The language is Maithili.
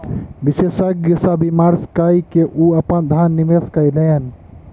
विशेषज्ञ सॅ विमर्श कय के ओ अपन धन निवेश कयलैन